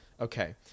Okay